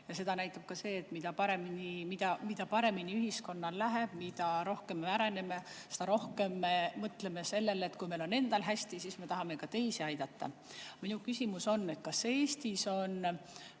See näitab ka seda, et mida paremini ühiskonnal läheb, mida rohkem me areneme, seda rohkem me mõtleme sellele, et kui meil on endal hästi, siis me tahame ka teisi aidata. Minu küsimus on: kas Eestis on